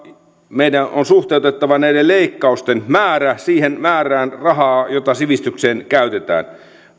meidän on suhteutettava näiden leikkausten määrä siihen määrään rahaa jota sivistykseen käytetään